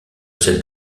cette